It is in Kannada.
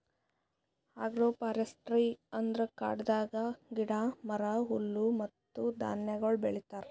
ಆಗ್ರೋ ಫಾರೆಸ್ಟ್ರಿ ಅಂದುರ್ ಕಾಡದಾಗ್ ಗಿಡ, ಮರ, ಹುಲ್ಲು ಮತ್ತ ಧಾನ್ಯಗೊಳ್ ಬೆಳಿತಾರ್